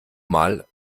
mal